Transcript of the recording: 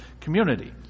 community